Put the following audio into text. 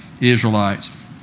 Israelites